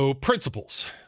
principles